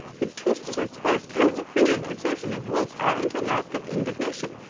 he twisted his face by a supreme exertion of will power into a mask of indignation.